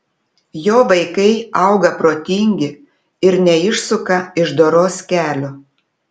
jo vaikai auga protingi ir neišsuka iš doros kelio